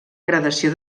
gradació